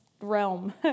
realm